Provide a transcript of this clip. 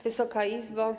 Wysoka Izbo!